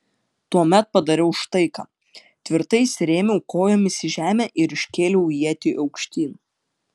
tuomet padariau štai ką tvirtai įsirėmiau kojomis į žemę ir iškėliau ietį aukštyn